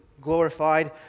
glorified